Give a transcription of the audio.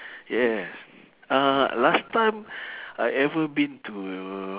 yes uh last time I ever been to